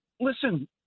listen